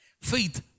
Faith